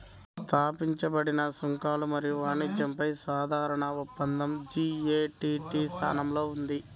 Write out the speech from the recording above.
స్థాపించబడిన సుంకాలు మరియు వాణిజ్యంపై సాధారణ ఒప్పందం జి.ఎ.టి.టి స్థానంలో ఉంది